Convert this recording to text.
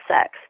sex